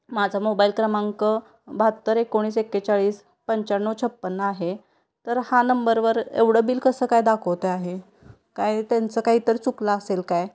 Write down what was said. माझा मोबायल क्रमांक बहात्तर एकोणीस एकेचाळीस पंच्याण्णव छप्पन्न आहे तर हा नंबरवर एवढं बिल कसं काय दाखवते आहे काय त्यांचं काहीतरी चुकला असेल काय